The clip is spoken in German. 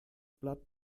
blatt